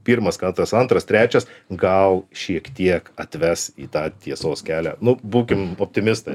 pirmas kartas antras trečias gal šiek tiek atves į tą tiesos kelią nu būkim optimistai